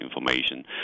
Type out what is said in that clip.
information